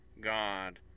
God